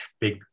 big